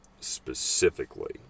specifically